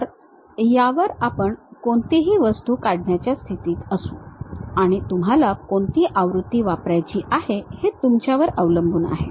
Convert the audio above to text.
तर यावर आपण कोणतीही वस्तू काढण्याच्या स्थितीत असू आणि तुम्हाला कोणती आवृत्ती वापरायची आहे हे तुमच्यावर अवलंबून आहे